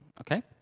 okay